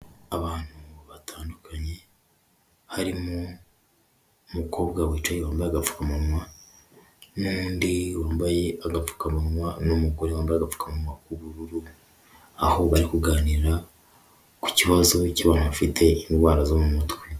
Abantu batandukanye, harimo umukobwa wicaye wambaye agapfukamunwa n'undi wambaye agapfukamunwa n'umugore wambaye agapfukamunwa k'ubururu, aho bari kuganira ku kibazo cy'abantu bafite indwara zo mu mutwe.